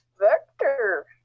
Vector